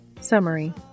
Summary